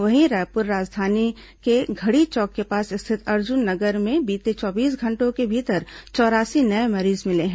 वहीं रायपुर राजधानी के घड़ी चौक के पास स्थित अर्जुन नगर में बीते चौबीस घंटों के भीतर चौरासी नये मरीज मिले हैं